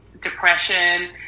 depression